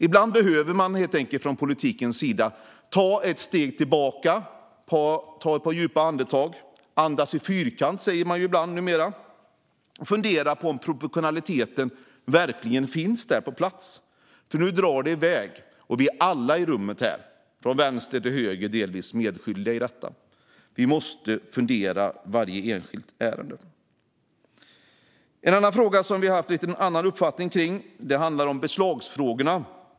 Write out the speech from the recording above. Ibland behöver man helt enkelt från politikens sida ta ett steg tillbaka, ta ett par djupa andetag - "andas i fyrkant" säger man numera - och fundera på om proportionaliteten verkligen finns på plats. Nu drar det nämligen iväg, och vi alla i det här rummet från vänster till höger är delvis medskyldiga till detta. Vi måste fundera över varje enskilt ärende. En annan fråga som Socialdemokraterna haft en annan uppfattning om handlar om beslag.